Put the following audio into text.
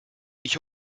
ich